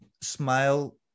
SMILE